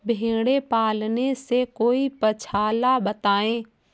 भेड़े पालने से कोई पक्षाला बताएं?